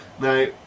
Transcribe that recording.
Now